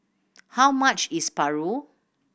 how much is Paru